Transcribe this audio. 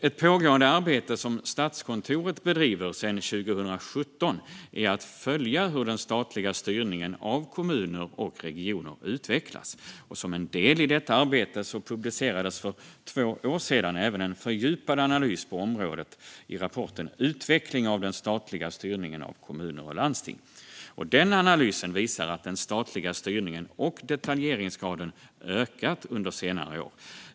Ett pågående arbete som Statskontoret bedriver sedan 2017 är att följa hur den statliga styrningen av kommuner och regioner utvecklas. Som en del i detta arbete publicerades för två år sedan även en fördjupad analys på området i rapporten Utveckling av den statliga styrningen av kommuner och landsting . Analysen visar att den statliga styrningen och detaljeringsgraden ökat under senare år.